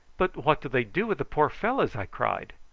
but what do they do with the poor fellows? i cried.